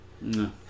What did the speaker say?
no